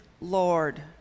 Lord